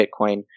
Bitcoin